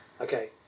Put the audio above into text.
Okay